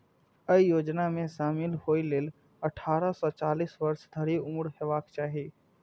अय योजना मे शामिल होइ लेल अट्ठारह सं चालीस वर्ष धरि उम्र हेबाक चाही